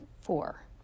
four